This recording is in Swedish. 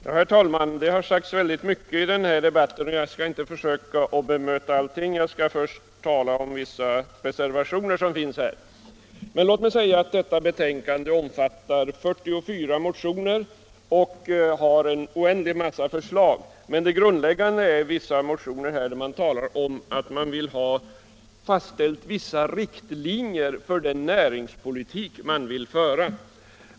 Herr talman! Det har sagts väldigt mycket i den här debatten och jag skall inte försöka bemöta allting. Jag skall först tala om vissa reservationer som finns här. Detta betänkande omfattar 44 motioner och innehåller en oändlig massa förslag. Men det grundläggande i vissa motioner är att man vill ha vissa riktlinjer fastställda för den näringspolitik man skall föra.